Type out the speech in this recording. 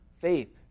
faith